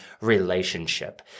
relationship